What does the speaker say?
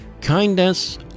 kindness